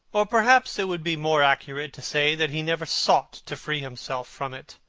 or perhaps it would be more accurate to say that he never sought to free himself from it.